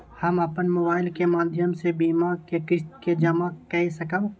हम अपन मोबाइल के माध्यम से बीमा के किस्त के जमा कै सकब?